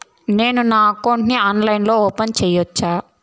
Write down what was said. నేను నా అకౌంట్ ని ఆన్లైన్ లో ఓపెన్ సేయొచ్చా?